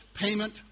payment